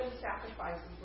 sacrifices